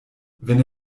wenn